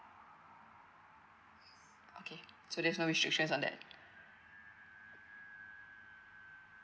okay so there's no restrictions on that